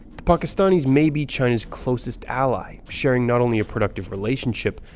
the pakistanis may be china's closest ally, sharing not only a productive relationship,